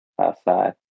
outside